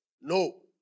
No